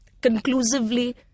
conclusively